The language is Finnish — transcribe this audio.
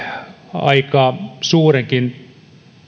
aika suurenkin